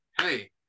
hey